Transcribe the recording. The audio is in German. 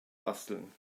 basteln